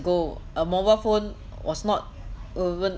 ago a mobile phone was not even